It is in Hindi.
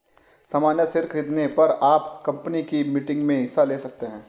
सामन्य शेयर खरीदने पर आप कम्पनी की मीटिंग्स में हिस्सा ले सकते हैं